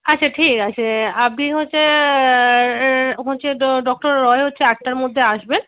আচ্ছা ঠিক আছে আপনি হচ্ছে হচ্ছে ডক্টর রয় হচ্ছে আটটার মধ্যে আসবেন